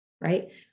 right